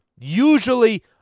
Usually